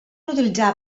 utilitzar